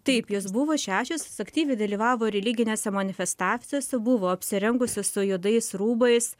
taip jos buvo šešios jos aktyviai dalyvavo religinėse manifestacijose buvo apsirengusios su juodais rūbais